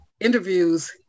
interviews